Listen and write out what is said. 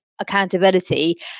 accountability